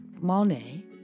Monet